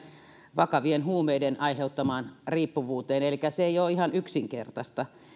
vakavien huumeiden aiheuttamaan riippuvuuteen elikkä se ei ole ihan yksinkertaista